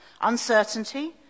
uncertainty